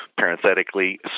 parenthetically